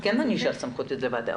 אז כן יש סמכות לוועדה.